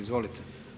Izvolite.